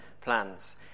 plans